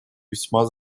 весьма